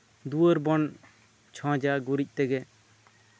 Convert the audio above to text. ᱫᱩᱣᱟᱹᱨ ᱵᱚᱱ ᱪᱷᱚᱸᱪᱼᱟ ᱜᱩᱨᱤᱡᱛᱮ